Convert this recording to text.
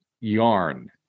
yarn